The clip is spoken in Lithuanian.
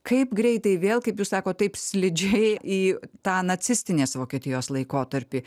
kaip greitai vėl kaip jūs sakot taip slidžiai į tą nacistinės vokietijos laikotarpį